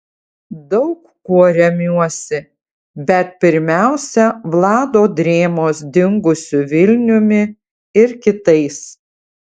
daug kuo remiuosi bet pirmiausia vlado drėmos dingusiu vilniumi ir kitais